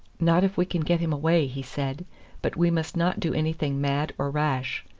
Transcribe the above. not if we can get him away, he said but we must not do anything mad or rash.